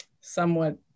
somewhat